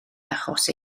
achos